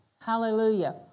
Hallelujah